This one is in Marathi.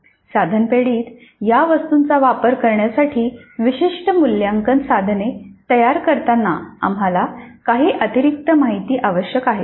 साधन पेढीेत या वस्तूंचा वापर करण्यासाठी विशिष्ट मूल्यांकन साधन तयार करताना आम्हाला काही अतिरिक्त माहिती आवश्यक आहे